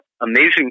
amazing